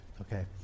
okay